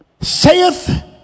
saith